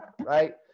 right